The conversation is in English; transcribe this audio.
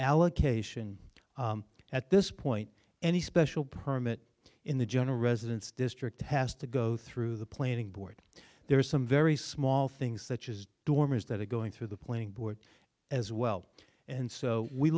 allocation at this point any special permit in the general residence district has to go through the planning board there are some very small things such as the warmers that are going through the planning board as well and so we